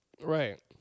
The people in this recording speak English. Right